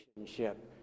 relationship